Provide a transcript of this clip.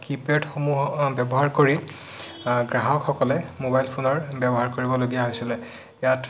কি পেডসমূহ ব্যৱহাৰ কৰি গ্ৰাহকসকলে মোবাইল ফোনৰ ব্যৱহাৰ কৰিবলগীয়া হৈছিলে ইয়াত